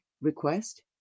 request